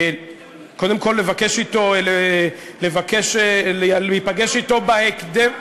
קודם כול לבקש להיפגש אתו בהקדם.